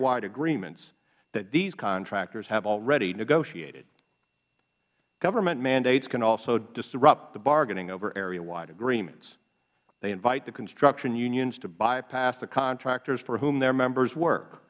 wide agreements that these contractors have already negotiated government mandates can also disrupt the bargaining over areawide agreements they invite the construction unions to bypass the contractors for whom their members work